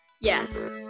Yes